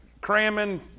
cramming